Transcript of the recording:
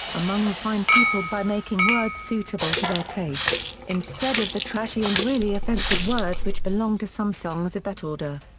among refined people by making words suitable to their taste, instead of the trashy and really offensive offensive words which belong to some songs of that order.